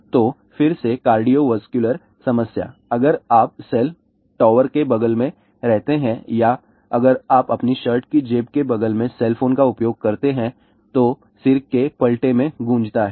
तो फिर से कार्डियोवस्कुलर समस्या अगर आप सेल टॉवर के बगल में रहते हैं या अगर आप अपनी शर्ट की जेब के बगल में सेल फोन का उपयोग करते हैं तो सिर के पलटे में गूंजता है